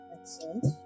Excellent